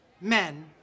men